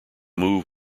move